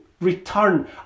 return